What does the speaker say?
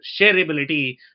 shareability